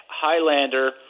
Highlander